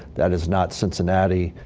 that is not cincinnati.